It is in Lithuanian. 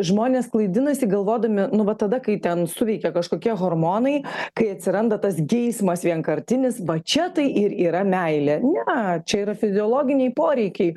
žmonės klaidinasi galvodami nu va tada kai ten suveikia kažkokie hormonai kai atsiranda tas geismas vienkartinis va čia tai ir yra meilė ne čia yra fiziologiniai poreikiai